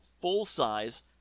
full-size